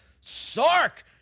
Sark